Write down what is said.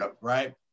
right